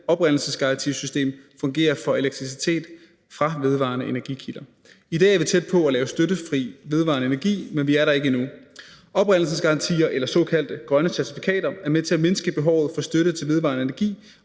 oprindelsesgarantisystem fungerer for elektricitet fra vedvarende energikilder. I dag er vi tæt på at lave støttefri vedvarende energi, men vi er der ikke endnu. Oprindelsesgarantier eller såkaldte grønne certifikater er med til at mindske behovet for støtte til vedvarende energi,